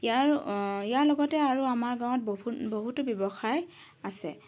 ইয়াৰ ইয়াৰ লগতে আৰু আমাৰ গাঁৱত বহু বহুতো ব্যৱসায় আছে